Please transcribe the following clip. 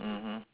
mmhmm